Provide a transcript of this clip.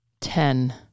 Ten